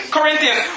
Corinthians